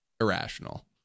irrational